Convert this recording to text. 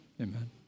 Amen